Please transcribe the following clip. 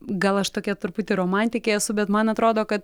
gal aš tokia truputį romantikė esu bet man atrodo kad